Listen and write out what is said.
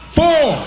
four